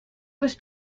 was